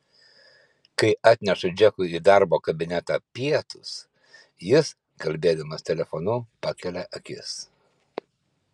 kai atnešu džekui į darbo kabinetą pietus jis kalbėdamas telefonu pakelia akis